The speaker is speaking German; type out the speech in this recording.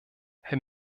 herr